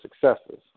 successes